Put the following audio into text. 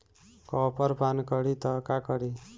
Copper पान करी तब का करी?